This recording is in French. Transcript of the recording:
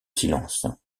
silence